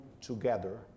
together